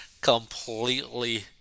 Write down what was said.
Completely